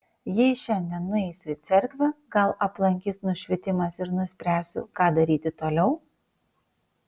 jei šiandien nueisiu į cerkvę gal aplankys nušvitimas ir nuspręsiu ką daryti toliau